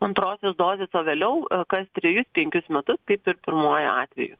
po antrosios dozės o vėliau kas trejus penkis metus kaip ir pirmuoju atveju